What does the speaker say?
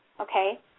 okay